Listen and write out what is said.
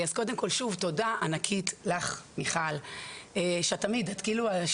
אז קודם כל שוב תודה ענקית לך מיכל שאת תמיד שליחה